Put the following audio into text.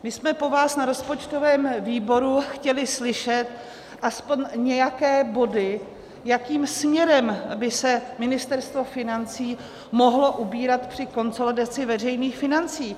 My jsme po vás na rozpočtovém výboru chtěli slyšet aspoň nějaké body, jakým směrem by se Ministerstvo financí mohlo ubírat při konsolidaci veřejných financí.